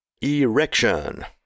erection